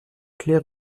claire